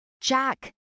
Jack